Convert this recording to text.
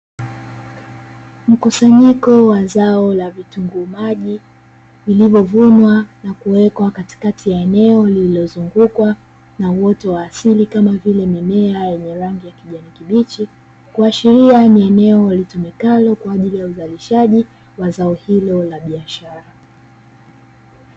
Mkusanyiko wa zao la vitunguu maji; vilivyovunwa na kuwekwa katikati ya eneo lililozungukwa na uoto wa asili; kama vile mimea yenye rangi ya kijani kibichi, kuashiria ni eneo litumikalo kwa ajili ya uzalishaji wa zao hilo la biashara.